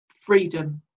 freedom